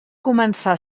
començar